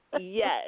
yes